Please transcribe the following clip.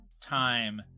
time